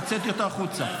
הוצאתי אותו החוצה.